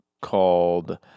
called